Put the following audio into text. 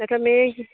একটা মেয়ে